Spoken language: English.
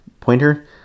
pointer